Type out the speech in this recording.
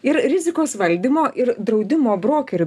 ir rizikos valdymo ir draudimo brokerių